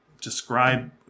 describe